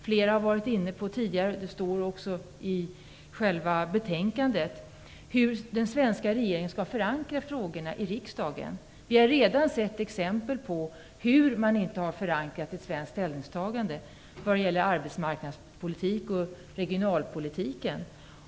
Flera har tidigare varit inne på hur den svenska regeringen skall förankra frågorna i riksdagen. Det behandlas också i betänkandet. Vi har redan sett ett exempel på att man inte har förankrat ett svenskt ställningstagande - det gällde arbetsmarknadspolitiken och regionalpolitiken.